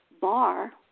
bar